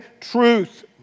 truth